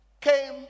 came